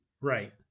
Right